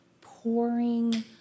pouring